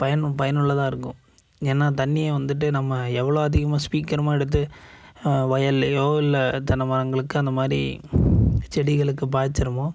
பயன் பயனுள்ளதாக இருக்கும் ஏன்னா தண்ணியை வந்துவிட்டு நம்ம எவ்வளோ அதிகமாக சீக்கிரமாக எடுத்து வயல்லேயோ இல்லை தென்னை மரங்களுக்கு அந்தமாதிரி செடிகளுக்கு பாச்சிகிறமோ